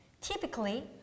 Typically